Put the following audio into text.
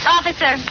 Officer